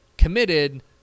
committed